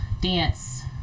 dance